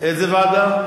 איזה ועדה?